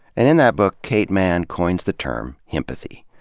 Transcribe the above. and in that book, kate manne coins the term, himpathy.